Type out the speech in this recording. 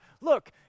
look